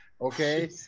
okay